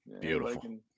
Beautiful